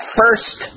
first